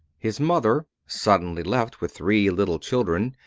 his mother, suddenly left with three little children,